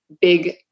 big